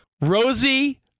rosie